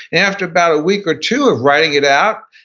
after about a week or two of writing it out,